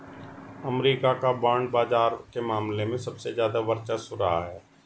अमरीका का बांड बाजार के मामले में सबसे ज्यादा वर्चस्व रहा है